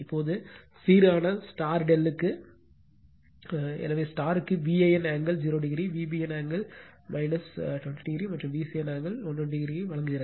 இப்போது சீரான ∆ க்கு எனவே க்கு Van angle 0 V bn angle 20o மற்றும் V cn ஆங்கிள் 120o ஐ வழங்குகிறது